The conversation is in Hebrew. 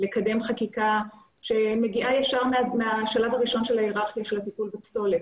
לקדם חקיקה שמגיעה ישר מהשלב הראשון של ההיררכיה של הטיפול בפסולת,